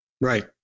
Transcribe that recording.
Right